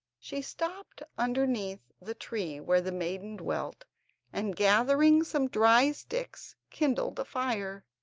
she stopped underneath the tree where the maiden dwelt and, gathering some dry sticks, kindled a fire.